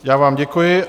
Já vám děkuji.